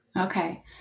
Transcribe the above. Okay